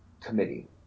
committee